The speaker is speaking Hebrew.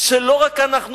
אני אסכם.